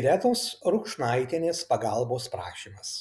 irenos rukšnaitienės pagalbos prašymas